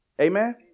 Amen